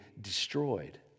destroyed